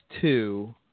two